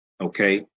okay